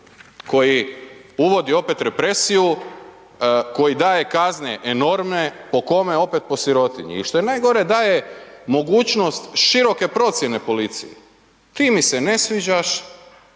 koji uvodi opet represiju, koji daje kazne enormne, po kome opet, po sirotinji. I šta je najgore, daje mogućnost široke procjene policiji. Ti mi se ne sviđaš,